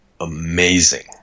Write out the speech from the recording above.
amazing